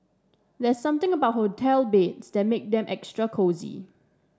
there's something about hotel beds that make them extra cosy